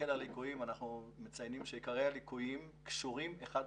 אנחנו מציינים שעיקרי הליקויים קשורים אחד בשני.